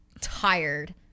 tired